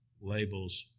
labels